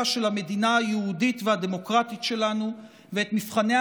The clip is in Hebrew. של המדינה היהודית והדמוקרטית שלנו ואת מבחניה